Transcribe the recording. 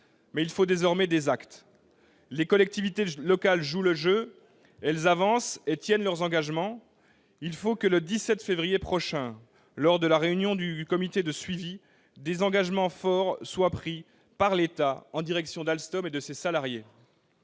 Il faut désormais des actes. Les collectivités locales jouent le jeu. Elles avancent et tiennent leurs engagements. Il faut que le 17 février prochain, lors de la réunion du comité de suivi, des engagements forts soient pris par l'État en direction d'Alstom et de ses salariés.